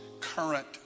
current